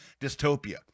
dystopia